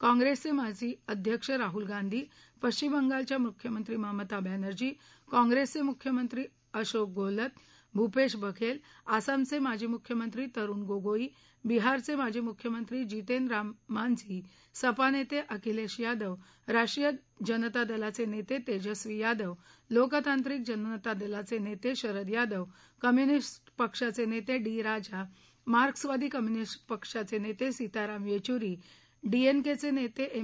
कॉंप्रेसचे माजी अध्यक्ष राहुल गांधी पश्चिम बंगालच्या मुख्यमंत्री ममता बॅनर्जी काँप्रेसचे मुख्यमंत्री अशोक गहलोत भूपेश बघेल आसामचे माजी मुख्यमंत्री तरुण गोगोई बिहारचे माजी मुख्यमंत्री जितेन राम मांजी सपा नेते अखिलेश यादव राष्ट्रीय जनता दलाचे नेते तेजस्वी यादव लोकतांत्रिक जनता दलाचे नेते शरद यादव कम्युनिस्ट पक्षाचे नेते डी राजा मार्क्सवादी कम्युनिस्ट पक्षाचे नेते सीताराम येच्चुरी डी एनकेचे नेते एम